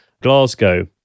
Glasgow